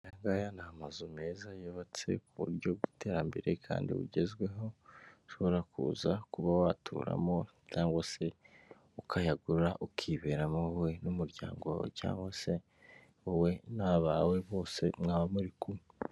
Aya ngaya ni amazu meza yubatse ku buryo bw'iterambere kandi bugezweho, ushobora kuza kuba waturamo cyangwa se ukayagura ukiberamo n'umuryango wawe cyangwa se wowe n'abawe bose mwaba muri kumwe.